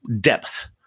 depth